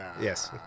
Yes